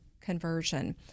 conversion